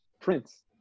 Prince